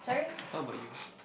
how about you